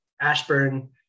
Ashburn